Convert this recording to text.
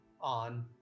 on